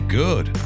good